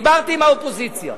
דיברתי עם האופוזיציה,